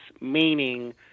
meaning